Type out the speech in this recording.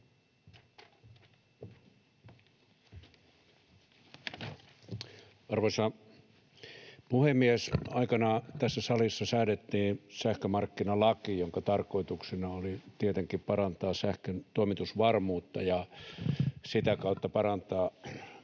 Arvoisa puhemies! Aikanaan tässä salissa säädettiin sähkömarkkinalaki, jonka tarkoituksena oli tietenkin parantaa sähkön toimitusvarmuutta ja sitä kautta parantaa monien